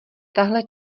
tahle